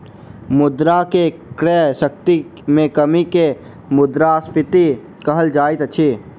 मुद्रा के क्रय शक्ति में कमी के मुद्रास्फीति कहल जाइत अछि